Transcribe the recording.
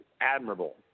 admirable